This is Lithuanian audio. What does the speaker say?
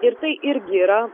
ir tai irgi yra